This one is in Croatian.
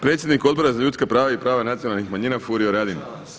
Predsjednik Odbora za ljudska prava i prava nacionalnih manjina Furio Radin.